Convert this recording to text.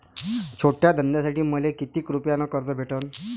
छोट्या धंद्यासाठी मले कितीक रुपयानं कर्ज भेटन?